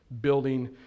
building